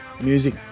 music